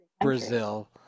Brazil